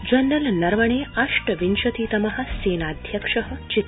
general Naravane अष्टविंशतिम सेनाध्यक्ष चित